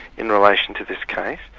in relation to this case.